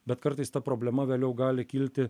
bet kartais ta problema vėliau gali kilti